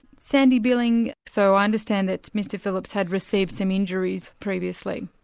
sandy billing, so i understand that mr phillips had received some injuries previously?